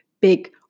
big